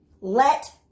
Let